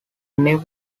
new